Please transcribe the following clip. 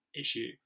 issue